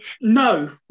no